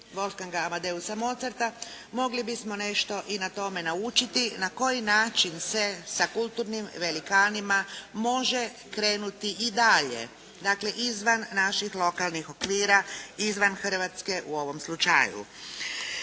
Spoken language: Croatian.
Wolfganga Amadeusa Mozarta mogli bismo nešto i na tome naučiti na koji način se sa kulturnim velikanima može krenuti i dalje, dakle izvan naših lokalnih okvira, izvan Hrvatske u ovom slučaju.